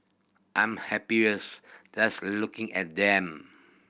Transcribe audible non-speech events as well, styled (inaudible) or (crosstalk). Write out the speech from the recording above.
I'm happier (unintelligible) just looking at them